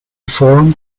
form